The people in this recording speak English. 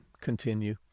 continue